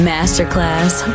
Masterclass